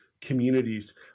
communities